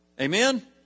Amen